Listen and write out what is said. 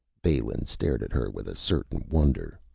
balin stared at her with a certain wonder.